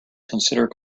consider